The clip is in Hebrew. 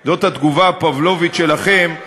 זאת התגובה הפבלובית שלכם,